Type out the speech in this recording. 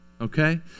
Okay